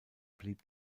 blieb